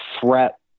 threat